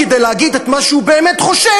כדי להגיד את מה שהוא באמת חושב,